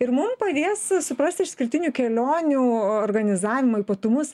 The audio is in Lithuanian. ir mum padės suprasti išskirtinių kelionių organizavimo ypatumus